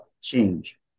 change